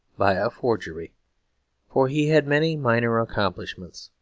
by a forgery for he had many minor accomplishments.